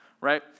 right